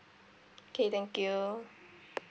okay thank you